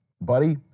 buddy